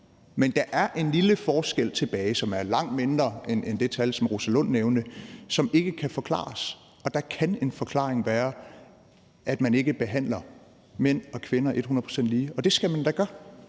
Men der er en lille forskel tilbage, der er langt mindre end det tal, som Rosa Lund nævnte, som ikke kan forklares, og der kan en forklaring være, at man ikke behandler mænd og kvinder et hundrede procent lige, og det skal man da gøre.